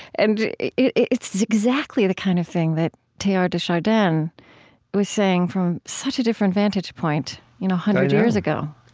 and it's exactly the kind of thing that teilhard de chardin was saying from such a different vantage point, you know, a hundred years ago